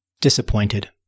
disappointed